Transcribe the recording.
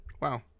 Wow